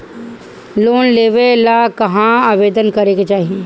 Loan लेवे ला कहाँ आवेदन करे के चाही?